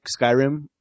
Skyrim